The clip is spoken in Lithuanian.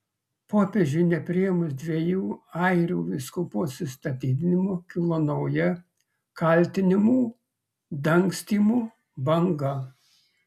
popiežiui nepriėmus dviejų airių vyskupų atsistatydinimo kilo nauja kaltinimų dangstymu banga